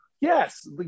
yes